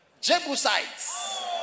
Jebusites